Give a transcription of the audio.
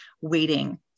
waiting